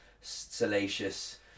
salacious